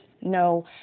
no